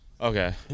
Okay